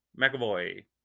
McAvoy